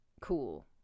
cool